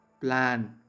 Plan